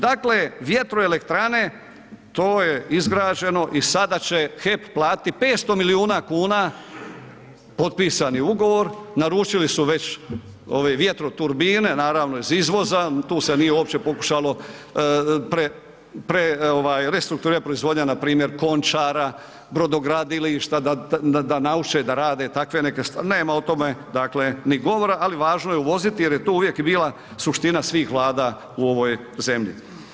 Dakle vjetroelektrane, to je izgrađeno i sada će HEP platiti 500 milijuna kuna potpisan ugovor, naručili su već ove vjetroturbine, naravno iz izvoza, tu se nije uopće pokušalo restrukturirat proizvodnja npr. Končara, brodogradilišta da nauče da rade takve neke stvari, nema o tome da kle ni govora ali važno je uvoziti jer je to uvijek i bila suština svih Vlada u ovoj zemlji.